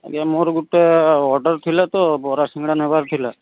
ଆଜ୍ଞା ମୋର ଗୋଟେ ଅର୍ଡର ଥିଲା ତ ବରା ସିଙ୍ଗଡ଼ା ନେବାର ଥିଲା